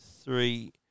three